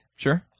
Sure